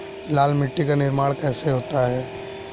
लाल मिट्टी का निर्माण कैसे होता है?